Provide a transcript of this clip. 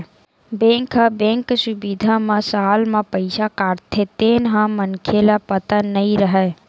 bank ह bank सुबिधा म साल म पईसा काटथे तेन ह मनखे ल पता नई रहय